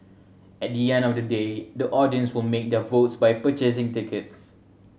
at the end of the day the audience will make their votes by purchasing tickets